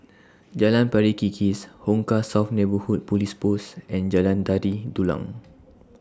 Jalan Pari Kikis Hong Kah South Neighbourhood Police Post and Jalan Tari Dulang